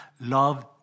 Love